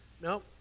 no